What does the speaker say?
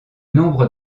nombre